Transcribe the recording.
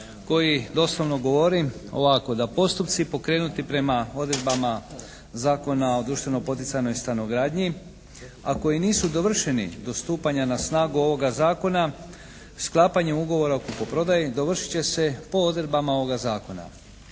koji doslovno govori ovako. Da postupci pokrenuti prema odredbama Zakona o društveno poticajnoj stanogradnji ako i nisu dovršeni do stupanja na snagu ovoga zakona, sklapanje ugovora o kupoprodaji dovršit će se po odredbama ovoga zakona.